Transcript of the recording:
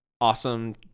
awesome